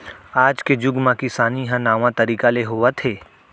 आज के जुग म किसानी ह नावा तरीका ले होवत हे